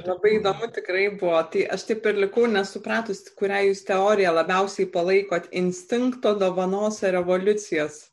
labai įdomu tikrai buvo tai aš taip ir likau nesupratusi kurią jūs teoriją labiausiai palaikote instinkto dovanos ar evoliucijos